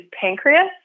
pancreas